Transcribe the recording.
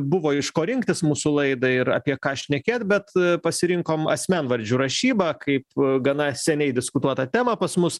buvo iš ko rinktis mūsų laidai ir apie ką šnekėt bet pasirinkom asmenvardžių rašybą kaip gana seniai diskutuotą temą pas mus